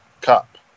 cup